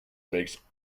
makes